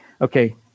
okay